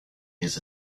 his